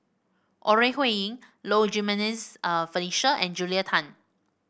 Ore Huiying Low Jimenez Felicia and Julia Tan